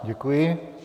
Děkuji.